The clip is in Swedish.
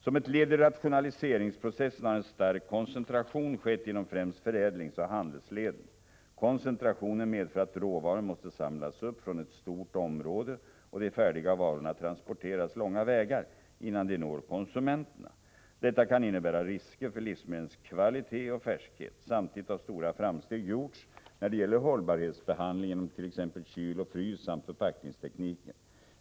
Som ett led i rationaliseringsprocessen har en stark koncentration skett inom främst förädlingsoch handelsleden. Koncentrationen medför att råvaror måste samlas upp från ett stort område och de färdiga varorna transporteras långa vägar innan de når konsumenterna. Detta kan innebära risker för livsmedlens kvalitet och färskhet. Samtidigt har stora framsteg gjorts när det gäller hållbarhetsbehandling genom t.ex. kyloch fryssamt förpackningstekniken.